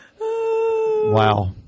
Wow